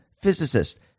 physicist